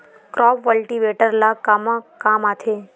Crop cultivator ला कमा काम आथे?